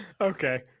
okay